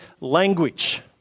language